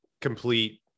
complete